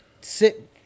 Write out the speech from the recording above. sit